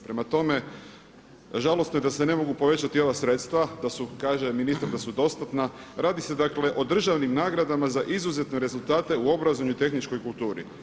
Prema tome, žalosno je da se ne mogu povećati ova sredstva, kaže ministar da su dostatna, radi se o državnim nagradama za izuzetne rezultate u obrazovanju i tehničkoj kulturni.